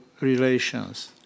relations